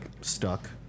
stuck